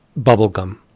bubblegum